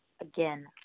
Again